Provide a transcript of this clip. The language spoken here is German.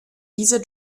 diese